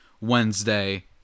Wednesday